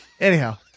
Anyhow